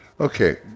Okay